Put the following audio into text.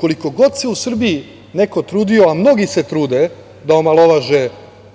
Koliko god se u Srbiji neko trudio, a mnogi se trude da omalovaže